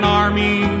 army